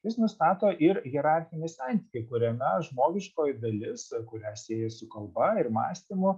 jis nustato ir hierarchinį santykį kuriame žmogiškoji dalis kurią sieja su kalba ir mąstymu